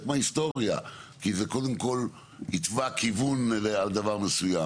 מההיסטוריה כי זה קודם כל התווה כיוון על דבר מסוים